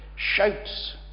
shouts